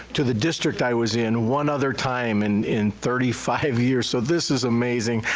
to the district i was in one other time and in thirty five years so this is amazing.